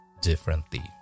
differently